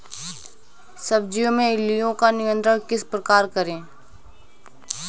सब्जियों में इल्लियो का नियंत्रण किस प्रकार करें?